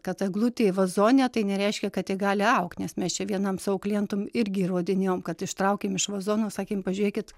kad eglutė vazone tai nereiškia kad ji gali augt nes mes čia vienam savo klientam irgi įrodinėjom kad ištraukėm iš vazono sakėm pažiūrėkit